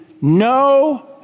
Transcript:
no